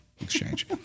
exchange